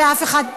ככה.